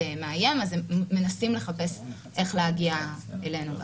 מאיים אז הם מנסים לחפש איך להגיע אלינו גם.